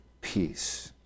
peace